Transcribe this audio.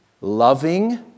loving